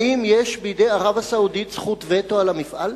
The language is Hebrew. האם יש בידי ערב הסעודית זכות וטו על המפעל?